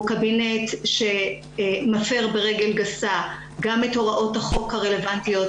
הוא קבינט שמפר ברגל גסה גם את הוראות החוק הרלוונטיות,